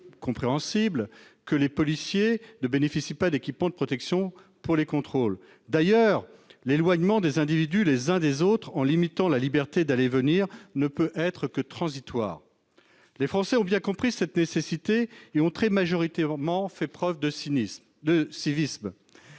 compréhensible que les policiers ne bénéficient pas d'équipements de protection pour les contrôles. D'ailleurs, l'éloignement des individus les uns des autres en limitant la liberté d'aller et venir ne peut être que transitoire. Les Français ont bien compris cette nécessité et ont très majoritairement fait preuve de civisme.